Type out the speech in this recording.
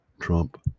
Trump